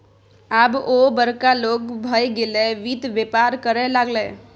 आब ओ बड़का लोग भए गेलै वित्त बेपार करय लागलै